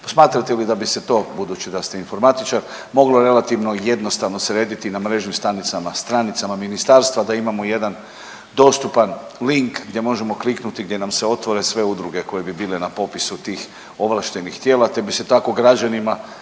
smatrate li da bi se to budući da ste informatičar, moglo relativno jednostavno srediti na mrežnim stranicama ministarstva da imamo jedan dostupan link gdje možemo kliknuti gdje nam se otvore sve udruge koje bi bile na popisu tih ovlaštenih tijela te bi se tako građanima